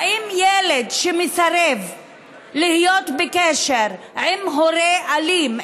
האם ילד שמסרב להיות בקשר עם הורה אלים,